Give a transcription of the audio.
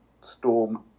storm